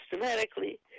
systematically